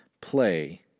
play